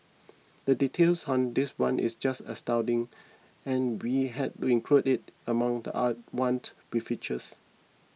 the details on this one is just astounding and we had to include it among the a want we featured